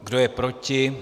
Kdo je proti?